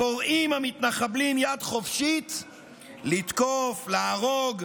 לפורעים המתנחבלים יד חופשית לתקוף, להרוג,